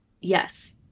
yes